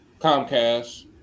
Comcast